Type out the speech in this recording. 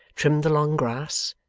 trimmed the long grass,